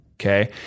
Okay